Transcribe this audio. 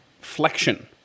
flexion